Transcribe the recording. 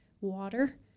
water